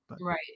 Right